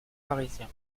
parisien